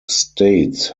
states